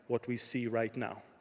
what we see right now.